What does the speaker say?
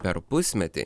per pusmetį